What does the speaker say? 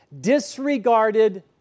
Disregarded